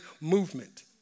movement